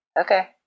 Okay